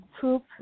poop